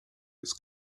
its